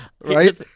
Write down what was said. Right